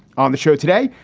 on the show today,